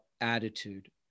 attitude